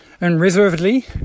Unreservedly